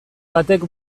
batek